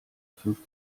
fünf